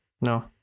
no